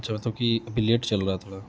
اچھا تو کی ابھی لیٹ چل رہا تھوڑا